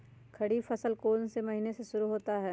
खरीफ फसल कौन में से महीने से शुरू होता है?